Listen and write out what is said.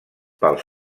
pels